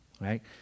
right